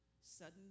Sudden